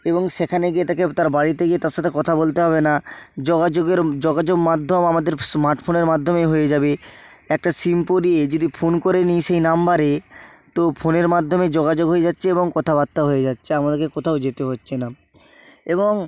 এবং সেখানে গিয়ে তাকে তার বাড়িতে গিয়ে তার সাথে কথা বলতে হবে না যোগাযোগের যোগাযোগ মাধ্যম আমাদের স্মার্টফোনের মাধ্যমে হয়ে যাবে একটা সিম পরিয়ে যদি ফোন করে নি সেই নম্বরে তো ফোনের মাধ্যমে যোগাযোগ হয়ে যাচ্ছে এবং কথাবার্তা হয়ে যাচ্ছে আমাদেরকে কোথাও যেতে হচ্ছে না এবং